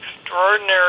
extraordinary